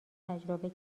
تجربه